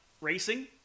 racing